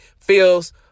feels